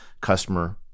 customer